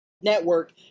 network